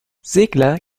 segler